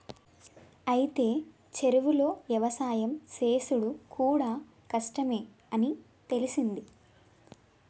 అయితే చెరువులో యవసాయం సేసుడు కూడా కష్టమే అని తెలిసింది